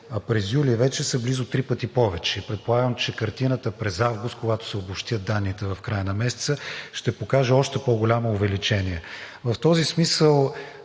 а през юли вече са близо три пъти повече. Предполагам, че картината през август, когато се обобщят данните в края на месеца, ще покаже още по-голямо увеличение. В този смисъл